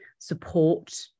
support